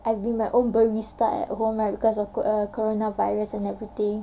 I be my own barista at home right because of co~ err coronavirus and everything